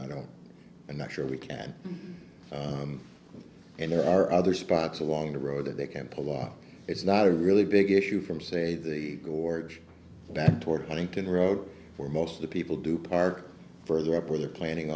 i don't i'm not sure we can and there are other spots along the road that they can't pull off it's not a really big issue from say the gorge back toward huntington road where most of the people do park further up where they're planning